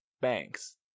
Banks